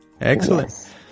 Excellent